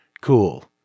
cool